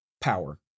power